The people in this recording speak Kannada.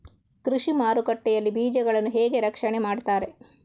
ಕೃಷಿ ಮಾರುಕಟ್ಟೆ ಯಲ್ಲಿ ಬೀಜಗಳನ್ನು ಹೇಗೆ ರಕ್ಷಣೆ ಮಾಡ್ತಾರೆ?